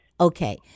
Okay